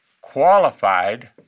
qualified